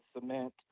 cement